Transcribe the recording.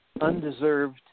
undeserved